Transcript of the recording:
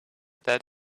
that